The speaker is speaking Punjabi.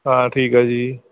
ਹਾਂ ਠੀਕ ਆ ਜੀ